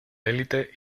elite